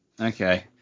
okay